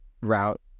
route